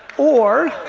or